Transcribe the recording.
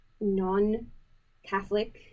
non-Catholic